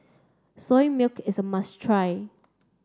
Soya Milk is a must try